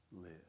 live